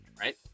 right